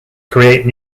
create